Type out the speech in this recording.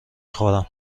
خورم